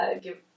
Give